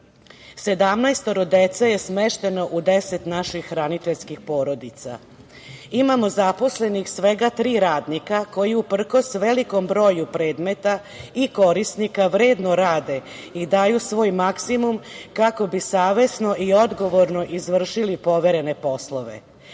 dece je smešteno u naših 10 hraniteljskih porodica. Imamo zaposlenih svega tri radnika koji uprkos velikom broju predmeta i korisnika, vredno rade i daju svoj maksimu kako bi savesno i odgovorno izvršili poverene poslove. Sa